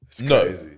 no